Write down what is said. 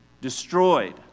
destroyed